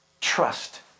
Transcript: trust